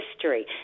history